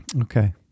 Okay